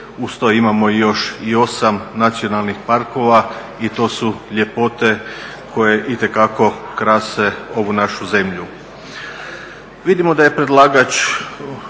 to imamo i još 8 nacionalnih parkova i to su ljepote koje itekako krase ovu našu zemlju.